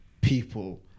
people